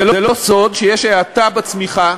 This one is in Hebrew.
זה לא סוד שיש האטה בצמיחה.